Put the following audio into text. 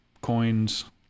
coins